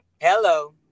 Hello